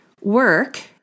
work